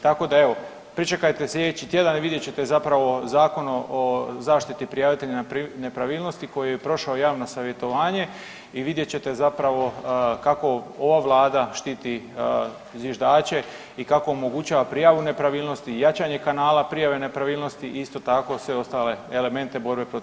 Tako da evo pričekajte slijedeći tjedan i vidjet ćete zapravo Zakon o zaštiti prijavitelja nepravilnosti koji je prošao javno savjetovanje i vidjet ćete zapravo kako ova vlada štiti zviždače i kako omogućava prijavu nepravilnosti i jačanje kanala prijave nepravilnosti i isto tako sve ostale elemente borbe protiv korupcije?